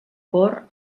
cor